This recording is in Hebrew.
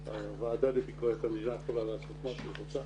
כמובן שהוועדה לביקורת המדינה יכולה לעשות מה שהיא רוצה